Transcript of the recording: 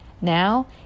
Now